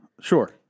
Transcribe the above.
Sure